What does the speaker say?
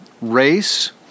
race